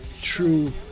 true